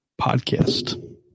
podcast